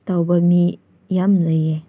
ꯇꯧꯕ ꯃꯤ ꯌꯥꯝ ꯂꯩꯌꯦ